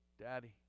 Daddy